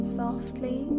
softly